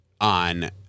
on